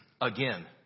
again